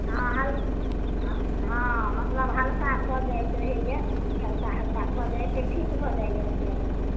हॅं हल्का हॅं मतलब हल्का भऽ जाएत रहैया कनी हल्का हल्का भऽ जाइ छै ठीक भऽ जाइया फेर अपन